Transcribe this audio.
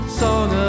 song